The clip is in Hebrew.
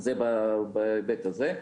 זה בהיבט הזה.